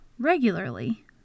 regularly